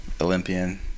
Olympian